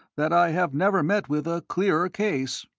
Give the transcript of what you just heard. that i have never met with a clearer case.